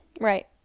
Right